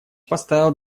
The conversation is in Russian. поставил